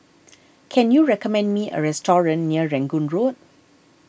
can you recommend me a restaurant near Rangoon Road